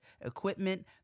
equipment